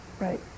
right